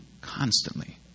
constantly